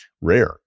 rare